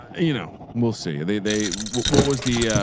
you know, we'll see they, they, what was the,